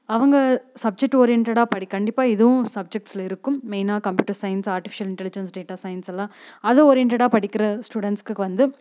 அவங்க சப்ஜெக்ட் ஓரியண்ட்டடாக படி கண்டிப்பாக இதுவும் சப்ஜெக்ட்ஸ்ல இருக்கும் மெயினாக computer science artificial intelligence data science எல்லாம் அது ஓரியண்ட்டடாக படிக்கிற ஸ்டூடென்ட்ஸ்க்கு வந்து